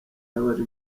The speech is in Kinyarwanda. y’abari